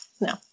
no